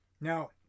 Now